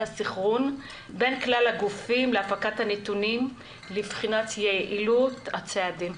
סינכרון בין כלל הגופים להפקת הנתונים לבחינת יעילות הצעדים.